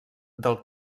del